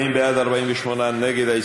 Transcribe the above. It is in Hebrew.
40 בעד, 48 נגד, שני נמנעים.